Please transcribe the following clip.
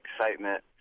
excitement